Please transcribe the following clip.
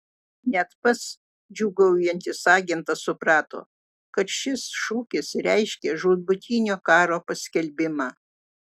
net pats džiūgaujantis agentas suprato kad šis šūkis reiškia žūtbūtinio karo paskelbimą